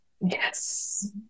Yes